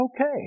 okay